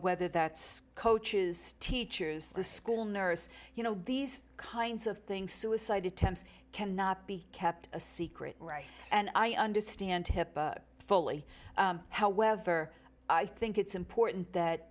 whether that's coaches teachers the school nurse you know these kinds of things suicide attempts cannot be kept a secret right and i understand hipaa fully however i think it's important that